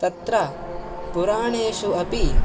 तत्र पुराणेषु अपि